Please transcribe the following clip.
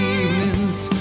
evenings